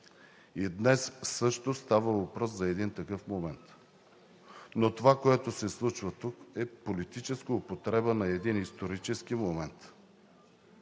Днес също става въпрос за един такъв момент, но това, което се случва тук, е политическа употреба на един исторически момент.